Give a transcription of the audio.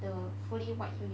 the fully white uniform